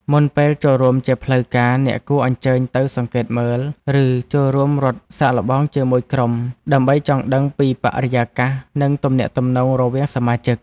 មុនពេលចូលរួមជាផ្លូវការ អ្នកគួរអញ្ជើញទៅសង្កេតមើល ឬចូលរួមរត់សាកល្បងជាមួយក្រុម ដើម្បីចង់ដឹងពីបរិយាកាស និងទំនាក់ទំនងរវាងសមាជិក។